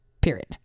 period